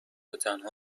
وتنها